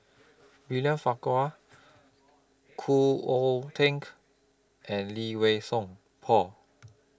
William Farquhar Khoo Oon Teik and Lee Wei Song Paul